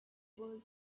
boy